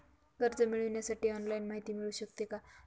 कर्ज मिळविण्यासाठी ऑनलाईन माहिती मिळू शकते का?